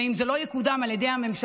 ואם זה לא יקודם על ידי הממשלה,